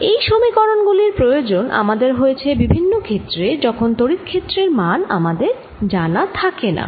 এই সমীকরণ গুলির প্রয়োজন আমাদের হয়েছে বিভিন্ন ক্ষেত্রে যখন তড়িৎ ক্ষেত্রের মান আমাদের জানা থাকেনা